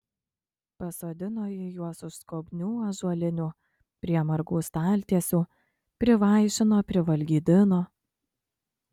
pasodino ji juos už skobnių ąžuolinių prie margų staltiesių privaišino privalgydino